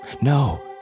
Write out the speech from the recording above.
No